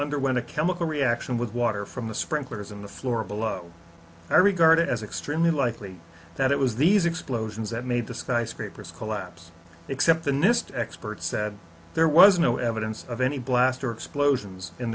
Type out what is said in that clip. underwent a chemical reaction with water from the sprinklers in the floor below i regard it as extremely likely that it was these explosions that made the skyscrapers collapse except the nist experts said there was no evidence of any blast or explosions in